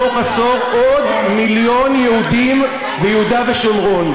בתוך עשור עוד מיליון יהודים ביהודה ושומרון.